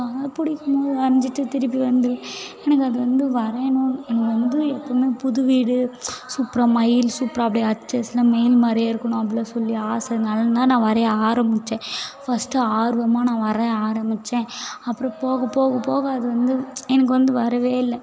பிடிக்கும் போது வரஞ்சிட்டு திருப்பி வந்து எனக்கு அது வந்து வரையணும் எனக்கு வந்து எப்போமே புதுவீடு சூப்பராக மயில் சூப்பராக அப்படியே அச்சு அசல் மயில் மாதிரியே இருக்கணும் அப்படிலாம் சொல்லி ஆசைனால தான் நான் வரையை ஆரம்பிச்சேன் ஃபஸ்ட்டு ஆர்வமாக நான் வரையை ஆரம்பிச்சேன் அப்புறம் போக போக போக அது வந்து எனக்கு வந்து வரவே இல்லை